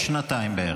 עוד שנתיים בערך.